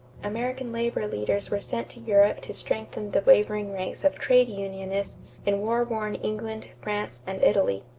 american labor leaders were sent to europe to strengthen the wavering ranks of trade unionists in war-worn england, france, and italy.